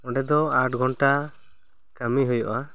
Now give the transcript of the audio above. ᱚᱸᱰᱮ ᱫᱚ ᱟᱴ ᱜᱷᱚᱱᱴᱟ ᱠᱟᱹᱢᱤ ᱦᱩᱭᱩᱜ ᱟ